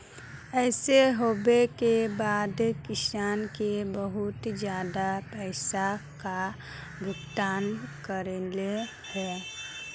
ऐसे होबे के बाद किसान के बहुत ज्यादा पैसा का भुगतान करले है?